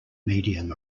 medium